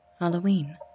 Halloween